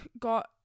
got